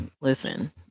Listen